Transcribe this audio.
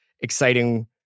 exciting